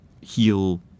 heal